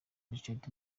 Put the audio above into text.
richard